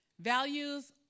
Values